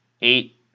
eight